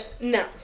no